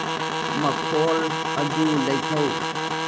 ꯃꯈꯣꯜ ꯑꯗꯨ ꯂꯩꯊꯧ